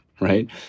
right